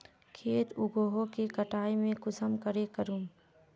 खेत उगोहो के कटाई में कुंसम करे करूम?